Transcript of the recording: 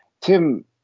Tim